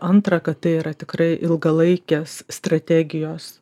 antra kad tai yra tikrai ilgalaikės strategijos